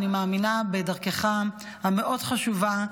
ואני מאמינה בדרכך המאוד-חשובה,